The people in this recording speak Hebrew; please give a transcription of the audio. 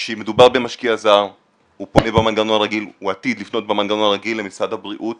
כשמדובר במשקיע זר הוא עתיד לפנות במנגנון הרגיל למשרד הבריאות